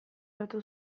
hartu